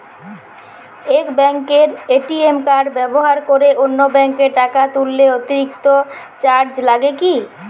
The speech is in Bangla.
এক ব্যাঙ্কের এ.টি.এম কার্ড ব্যবহার করে অন্য ব্যঙ্কে টাকা তুললে অতিরিক্ত চার্জ লাগে কি?